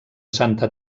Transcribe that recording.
santa